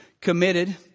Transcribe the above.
committed